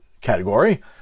category